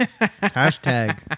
Hashtag